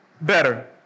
better